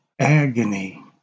agony